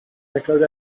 echoed